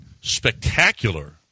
spectacular